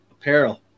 apparel